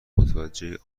متوجه